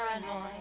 paranoid